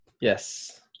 Yes